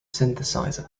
synthesizer